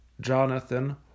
Jonathan